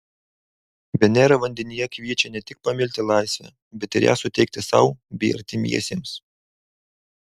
venera vandenyje kviečia ne tik pamilti laisvę bet ir ją suteikti sau bei artimiesiems